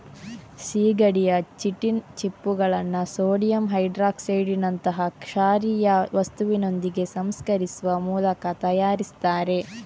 ಸೀಗಡಿಯ ಚಿಟಿನ್ ಚಿಪ್ಪುಗಳನ್ನ ಸೋಡಿಯಂ ಹೈಡ್ರಾಕ್ಸೈಡಿನಂತಹ ಕ್ಷಾರೀಯ ವಸ್ತುವಿನೊಂದಿಗೆ ಸಂಸ್ಕರಿಸುವ ಮೂಲಕ ತಯಾರಿಸ್ತಾರೆ